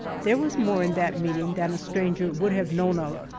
there was more in that meeting than a stranger would have known of.